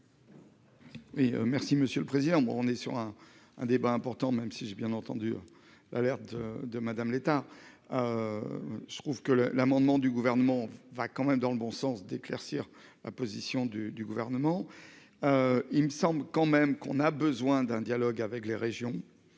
monsieur le président. Moi, on est sur un, un débat important même si j'ai bien entendu. L'alerte de Madame l'état. Se trouve que le l'amendement du gouvernement va quand même dans le bon sens d'éclaircir la position du du gouvernement. Il me semble quand même qu'on a besoin d'un dialogue avec les régions